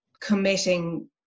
committing